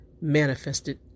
manifested